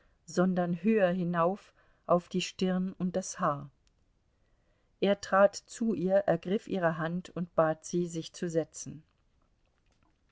sondern höher hinauf auf die stirn und das haar er trat zu ihr ergriff ihre hand und bat sie sich zu setzen